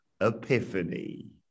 epiphany